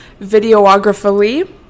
videographically